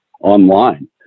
online